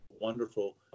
wonderful